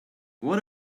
what